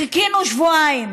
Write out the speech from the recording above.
חיכינו שבועיים,